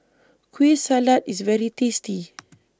Kueh Salat IS very tasty